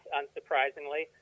unsurprisingly